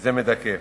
וזה מדכא.